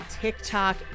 tiktok